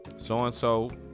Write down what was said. So-and-so